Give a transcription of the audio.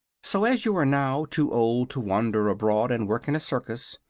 so, as you are now too old to wander abroad and work in a circus,